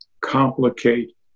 complicate